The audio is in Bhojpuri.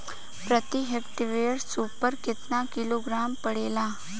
प्रति हेक्टेयर स्फूर केतना किलोग्राम पड़ेला?